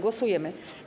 Głosujemy.